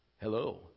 Hello